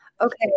okay